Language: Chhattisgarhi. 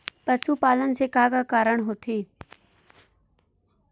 पशुपालन से का का कारण होथे?